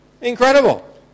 Incredible